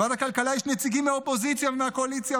בוועדת הכלכלה יש נציגים מהאופוזיציה ומהקואליציה,